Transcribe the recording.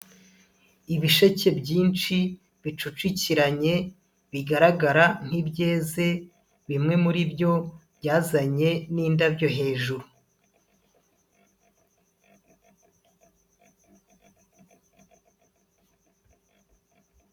Ibisheke byinshi bicucikiranye, bigaragara nk'ibyeze, bimwe muri byo byazanye n'indabyo hejuru.